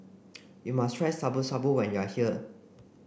you must try Shabu Shabu when you are here